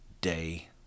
day